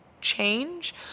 change